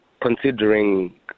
considering